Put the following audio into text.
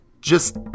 just-